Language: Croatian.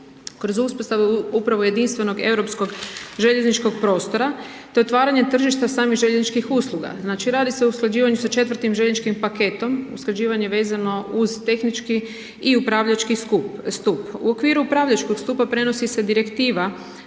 kroz uspostavu upravo jedinstvenog europskog željezničkog prostora te otvaranja tržišta samih željezničkih usluga. Znači radi se o usklađivanju sa 4. željezničkim paketom, usklađivanje vezano uz tehnički i upravljački stup. U okviru upravljačkog stupa prenosi se Direktiva